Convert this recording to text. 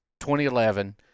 2011